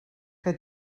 que